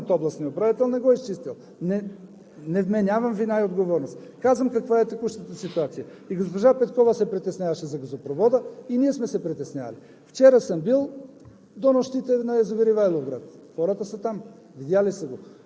фундамента на газопровода. Ами трябваше да се изчисти своевременно от областния управител, не го е изчистил. Не вменявам вина и отговорност. Казвам каква е текущата ситуация. И госпожа Петкова се притесняваше за газопровода, и ние сме се притеснявали. Вчера съм бил